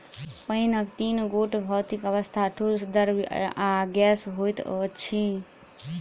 पाइनक तीन गोट भौतिक अवस्था, ठोस, द्रव्य आ गैस होइत अछि